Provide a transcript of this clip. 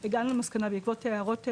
בעקבות הערות שקיבלנו,